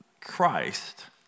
Christ